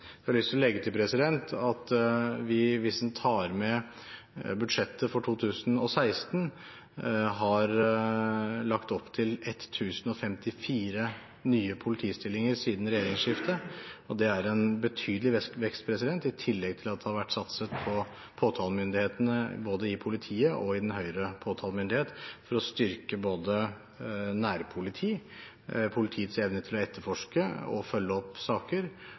har lyst til å legge til at vi hvis vi tar med budsjettet for 2016, har vi lagt opp til 1 054 nye politistillinger siden regjeringsskiftet. Det er en betydelig vekst, i tillegg til at det har vært satset på påtalemyndighetene – både politiet og den høyere påtalemyndighet – for å styrke både nærpoliti, politiets evne til å etterforske og følge opp saker